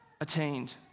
attained